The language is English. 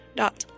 dot